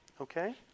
Okay